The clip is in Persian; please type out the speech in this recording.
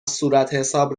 صورتحساب